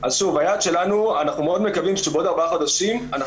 אנחנו מאוד מקווים שבעוד ארבעה חודשים אנחנו